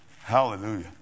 Hallelujah